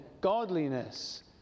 godliness